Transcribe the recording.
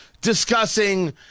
discussing